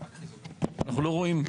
אנחנו לא רואים,